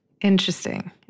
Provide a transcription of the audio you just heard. Interesting